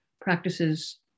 practices